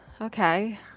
okay